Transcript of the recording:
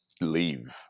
leave